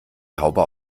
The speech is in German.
taube